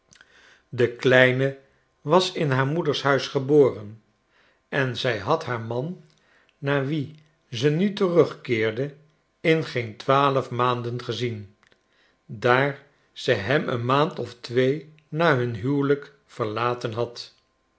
de kleine was in haar moeders huis geboren en zij had haar man naar wien ze nu terugkeerde in geen twaalf maanden gezien daar ze hem een maand of twee na hun huwelijk verlaten had